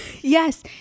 yes